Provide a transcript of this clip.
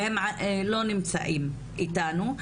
והם לא נמצאים איתנו.